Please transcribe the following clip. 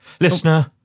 Listener